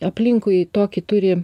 aplinkui tokį turi